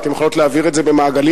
ואתן יכולות להעביר את זה במעגלים